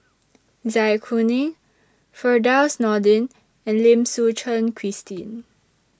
Zai Kuning Firdaus Nordin and Lim Suchen Christine